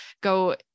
go